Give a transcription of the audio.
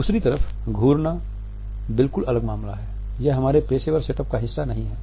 दूसरी तरफ घूरना बिल्कुल अलग मामला है यह हमारे पेशेवर सेटअप का हिस्सा नहीं है